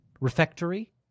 Refectory